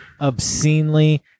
obscenely